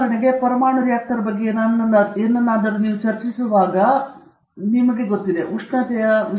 ಉದಾಹರಣೆಗೆ ನೀವು ಪರಮಾಣು ರಿಯಾಕ್ಟರ್ ಬಗ್ಗೆ ಏನನ್ನಾದರೂ ಚರ್ಚಿಸುತ್ತಿದ್ದೀರಿ ಎಂದು ನಿಮಗೆ ಗೊತ್ತಿದೆ ಎಂದು ನೀವು ಹೇಳಬಹುದು